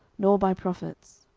nor by prophets.